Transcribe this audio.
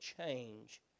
change